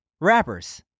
rappers